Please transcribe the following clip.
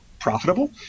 profitable